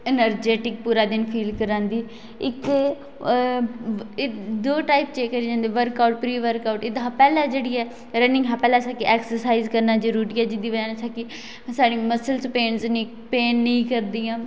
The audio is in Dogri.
इनरजैटिक पूरा दिन फील करांदी इक दो टाइप च होंदे बर्कआउट प्रीबर्क आउट पैहलें जेहड़ी ऐ रनिंग कोला पैहलें असें इक एक्सर्साइज करना जरुरी ऐ जेहदी बजह कन्नै साढ़े मसल च पेन नेईं करदियां